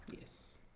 Yes